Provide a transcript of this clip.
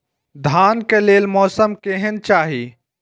धान के लेल मौसम केहन चाहि?